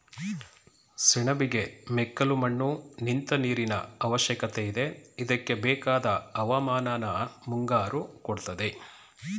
ಸೆಣಬಿಗೆ ಮೆಕ್ಕಲುಮಣ್ಣು ನಿಂತ್ ನೀರಿನಅವಶ್ಯಕತೆಯಿದೆ ಇದ್ಕೆಬೇಕಾದ್ ಹವಾಮಾನನ ಮುಂಗಾರು ಕೊಡ್ತದೆ